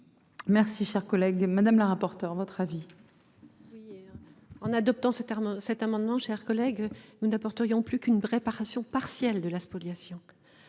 Merci cher collègue. Madame la rapporteure votre avis. Oui hier. En adoptant ce terme cet amendement chers collègue. Nous n'apporterions plus qu'une réparation partielle de la spoliation.